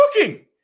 cooking